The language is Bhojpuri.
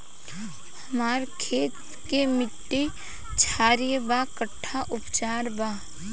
हमर खेत के मिट्टी क्षारीय बा कट्ठा उपचार बा?